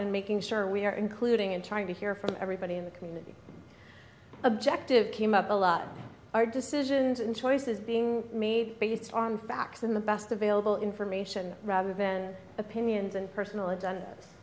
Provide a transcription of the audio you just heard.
and making sure we are including and trying to hear from everybody in the community objective came up a lot of our decisions and choices being made based on facts in the best available information rather than opinions and personal a